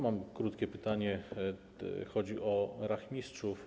Mam krótkie pytanie, chodzi o rachmistrzów.